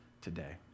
today